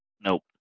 Nope